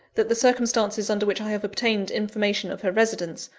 that the circumstances under which i have obtained information of her residence,